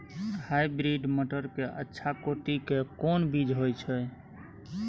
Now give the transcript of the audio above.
Hybrid मटर के अच्छा कोटि के कोन बीज होय छै?